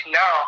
no